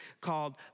called